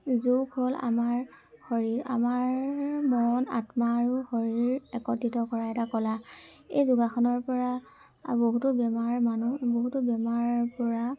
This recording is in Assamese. যোগ হ'ল আমাৰ শৰীৰ আমাৰ মন আত্মা আৰু শৰীৰ একত্ৰিত কৰা এটা কলা এই যোগাসনৰপৰা বহুতো বেমাৰ মানুহ বহুতো বেমাৰপৰা